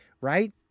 Right